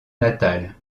natale